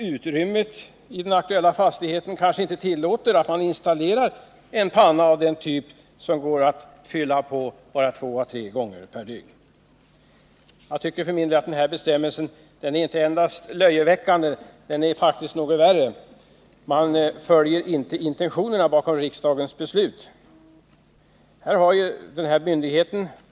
Utrymmet i den aktuella fastigheten tillåter kanske inte att man installerar en panna av den typ som går att fylla på bara två å tre gånger per dygn. För min del tycker jag att denna bestämmelse inte är enbart löjeväckande — den är faktiskt någonting värre, eftersom man inte följer riksdagens intentioner.